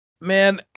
man